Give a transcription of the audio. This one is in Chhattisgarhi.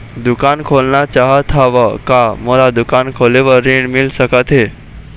दुकान खोलना चाहत हाव, का मोला दुकान खोले बर ऋण मिल सकत हे?